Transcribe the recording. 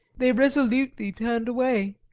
they resolutely turned away.